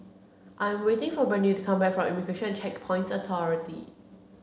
I'm waiting for Brandie to come back from Immigration and Checkpoints Authority